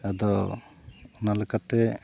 ᱟᱫᱚ ᱚᱱᱟᱞᱮᱠᱟᱛᱮ